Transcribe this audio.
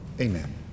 amen